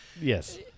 Yes